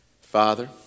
Father